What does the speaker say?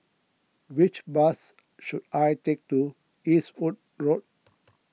which bus should I take to Eastwood Road